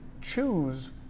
choose